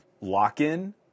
lock-in